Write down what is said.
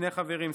שני חברים,